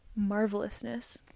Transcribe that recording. marvelousness